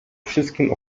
wszystkim